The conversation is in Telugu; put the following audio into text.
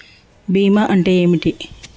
బీమా అంటే ఏమిటి?